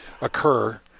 occur